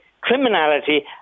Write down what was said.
criminality